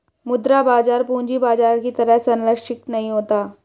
मुद्रा बाजार पूंजी बाजार की तरह सरंचिक नहीं होता